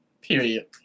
Period